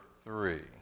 three